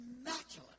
immaculate